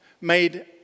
made